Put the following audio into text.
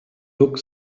look